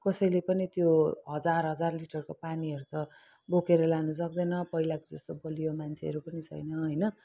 कोसैले पनि त्यो हजार हजार लिटरको पानीहरू त बोकेर लानु सक्दैन पहिलाको जस्तो बलियो मान्छेहरू पनि छैन होइन